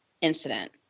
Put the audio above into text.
incident